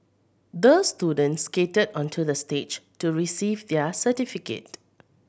the student skated onto the stage to receive their certificate